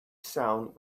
sound